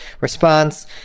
response